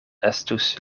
estus